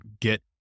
get